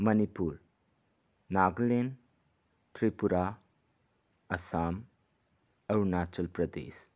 Manipur Nagaland Tripura Assam Arunachal Pradesh